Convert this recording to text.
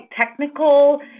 technical